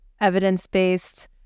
evidence-based